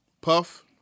Puff